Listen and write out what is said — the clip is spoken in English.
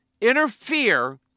interfere